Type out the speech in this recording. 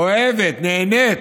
אוהבת, נהנית,